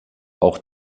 auch